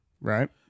Right